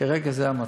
כרגע זה המצב.